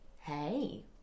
Hey